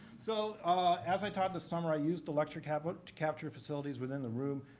so as i taught this summer, i used electric tablet to capture facilities within the room.